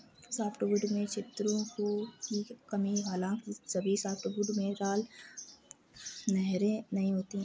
softwood में छिद्रों की कमी हालांकि सभी सॉफ्टवुड में राल नहरें नहीं होती है